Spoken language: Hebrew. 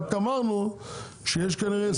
רק אמרנו שכנראה יש הסכמים מול זה.